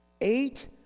eight